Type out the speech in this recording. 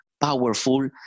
powerful